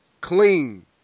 Clean